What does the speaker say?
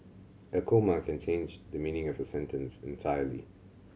a comma can change the meaning of a sentence entirely